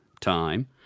time